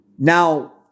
Now